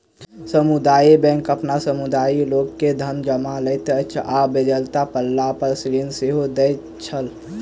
सामुदायिक बैंक अपन समुदायक लोक के धन जमा लैत छै आ बेगरता पड़लापर ऋण सेहो दैत छै